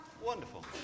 wonderful